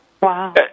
Wow